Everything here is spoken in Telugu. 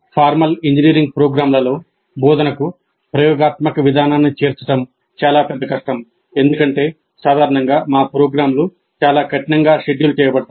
ఫార్మల్ ఇంజనీరింగ్ ప్రోగ్రామ్లలో బోధనకు ప్రయోగాత్మక విధానాన్ని చేర్చడం చాలా పెద్ద కష్టం ఎందుకంటే సాధారణంగా మా ప్రోగ్రామ్లు చాలా కఠినంగా షెడ్యూల్ చేయబడతాయి